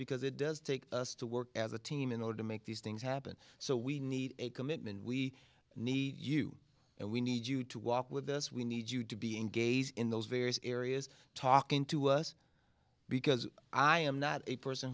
because it does take us to work as a team in order to make these things happen so we need a commitment we need you and we need you to walk with us we need you to be engaged in those various areas talking to us because i am not a person